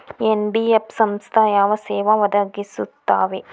NBF ಸಂಸ್ಥಾ ಯಾವ ಸೇವಾ ಒದಗಿಸ್ತಾವ?